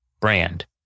brand